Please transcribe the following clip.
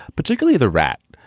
particularly the rat,